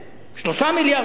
3 מיליארד שקל.